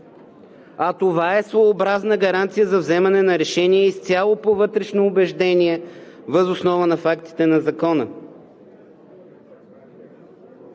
А това е своеобразна гаранция за вземане на решения изцяло по вътрешно убеждение въз основа на фактите на Закона.